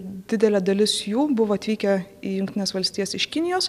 didelė dalis jų buvo atvykę į jungtines valstijas iš kinijos